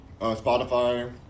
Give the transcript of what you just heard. Spotify